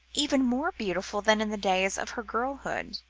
even more beautiful than in the days of her girlhood.